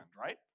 right